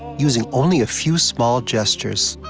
using only a few small gestures.